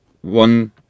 one